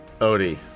Odie